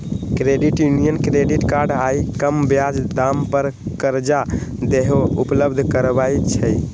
credit union credit card आऽ कम ब्याज दाम पर करजा देहो उपलब्ध करबइ छइ